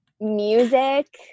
music